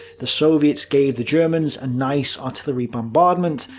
the soviets gave the germans a nice artillery bombardment,